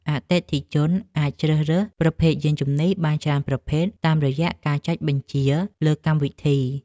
អតិថិជនអាចជ្រើសរើសប្រភេទយានជំនិះបានច្រើនប្រភេទ តាមរយៈការចុចបញ្ជាលើកម្មវិធី។